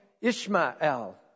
Ishmael